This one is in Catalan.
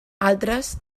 altres